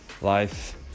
life